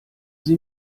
sie